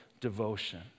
devotion